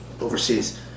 overseas